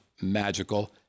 magical